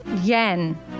Yen